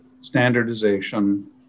standardization